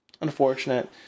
unfortunate